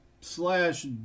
slash